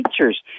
teachers